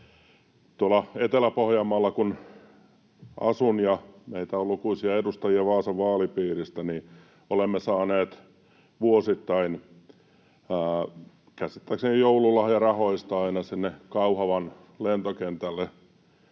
Etelä-Pohjanmaalla kun asun ja meitä on lukuisia edustajia Vaasan vaalipiiristä, niin olemme saaneet aina vuosittain, käsittääkseni joululahjarahoista, sinne Kauhavan lentokentälle